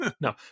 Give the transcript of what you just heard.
no